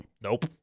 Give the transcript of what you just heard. Nope